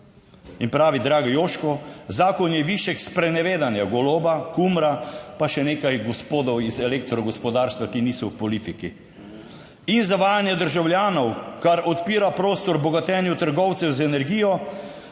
in pravi: "Dragi Joško, zakon je višek sprenevedanja Goloba, Kumra, pa še nekaj gospodov iz elektro gospodarstva, ki niso v politiki in zavajanje državljanov, kar odpira prostor bogatenju trgovcev z energijo,